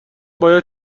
باید